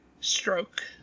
stroke